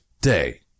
day